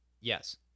Yes